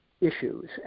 issues